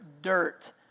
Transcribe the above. dirt